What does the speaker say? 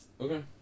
Okay